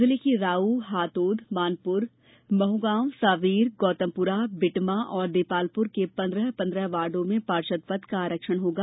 जिले की राऊ हातोद मानपुर महुगांव सांवेर गौतमपुरा बेटमा और देपालपुर के पन्द्रह पन्द्रह वार्डो में पार्षद पद का आरक्षण होगा